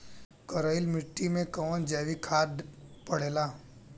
करइल मिट्टी में कवन जैविक खाद पड़ेला?